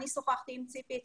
אני שוחחתי עם ציפי אתמול,